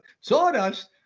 sawdust